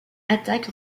attaque